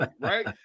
right